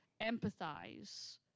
empathize